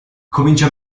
comincia